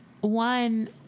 One